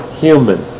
human